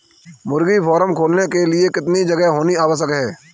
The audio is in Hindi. मुर्गी फार्म खोलने के लिए कितनी जगह होनी आवश्यक है?